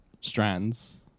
strands